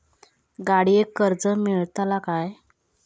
गाडयेक कर्ज मेलतला काय?